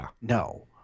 no